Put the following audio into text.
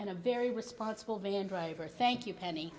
and a very responsible van driver thank you penny